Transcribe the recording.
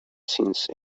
since